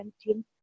team